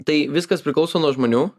tai viskas priklauso nuo žmonių